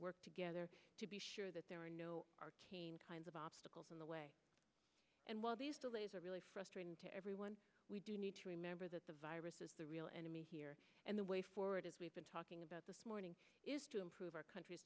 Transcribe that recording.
work together to be sure that there are no kinds of obstacles in the way and while these delays are really frustrating to everyone we do need to remember that the virus is the real enemy here and the way forward as we've been talking about this morning is to improve our country's